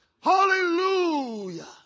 hallelujah